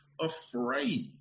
afraid